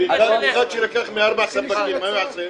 וקבלן שלקח מארבעה ספקים, מה הוא יעשה?